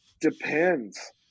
depends